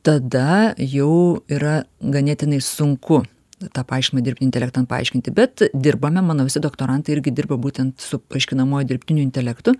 tada jau yra ganėtinai sunku tą paaiškinamąjį dirbtinį intelektą paaiškinti bet dirbame mano visi doktorantai irgi dirba būtent su aiškinamuoju dirbtiniu intelektu